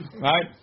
Right